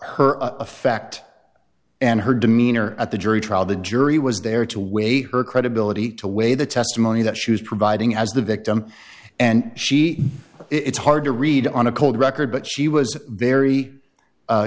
her affect and her demeanor at the jury trial the jury was there to weigh her credibility to weigh the testimony that she was providing as the victim and she it's hard to read on a cold record but she was very